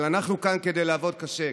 אבל אנחנו כאן כדי לעבוד קשה,